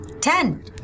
Ten